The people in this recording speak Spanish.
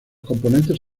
componentes